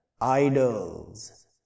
idols